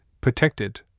protected